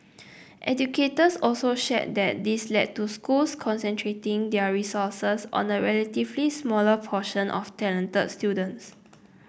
educators also shared that this led to schools concentrating their resources on a relatively smaller portion of talented students